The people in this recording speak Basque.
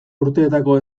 urteetako